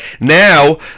Now